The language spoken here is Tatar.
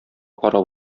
карап